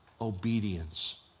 obedience